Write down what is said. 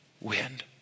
wind